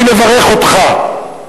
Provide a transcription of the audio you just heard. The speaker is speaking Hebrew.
אני מברך אותך,